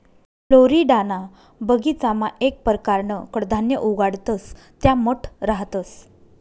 फ्लोरिडाना बगीचामा येक परकारनं कडधान्य उगाडतंस त्या मठ रहातंस